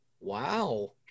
Wow